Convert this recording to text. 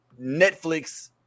Netflix